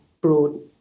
broad